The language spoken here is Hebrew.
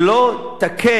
אם לא תכה